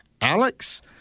Alex